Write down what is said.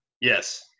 Yes